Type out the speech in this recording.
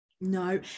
No